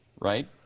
right